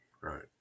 Right